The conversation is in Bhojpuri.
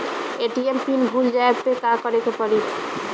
ए.टी.एम पिन भूल जाए पे का करे के पड़ी?